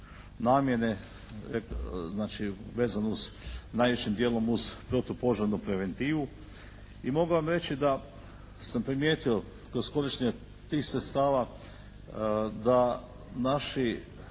namjene, znači vezano najvećim dijelom uz protupožarnu preventivu. I mogu vam reći da sam primijetio kroz korištenje tih sredstava da naši